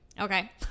Okay